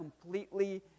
completely